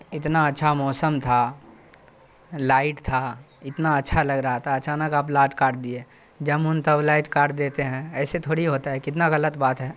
اتنا اچھا موسم تھا لائٹ تھا اتنا اچھا لگ رہا تھا اچانک آپ لاٹ کاٹ دیے جب من تب لائٹ کاٹ دیتے ہیں ایسے تھوڑی ہوتا ہے کتنا غلط بات ہے